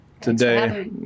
today